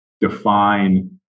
define